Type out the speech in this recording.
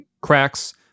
cracks